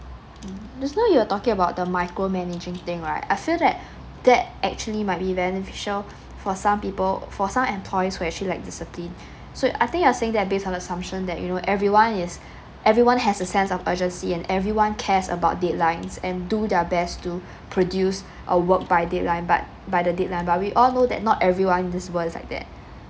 hmm just now you were talking about the micromanaging thing right I feel that that actually might be beneficial for some people for some employees who actually like disciplined so I think you're saying that based on assumption that you know everyone is everyone has a sense of urgency and everyone cares about deadlines and do their best to produce a work by deadline but by the deadline but we all know that not everyone in this world is like that